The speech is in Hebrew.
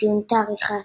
לציון תאריך ההצהרה.